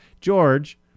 George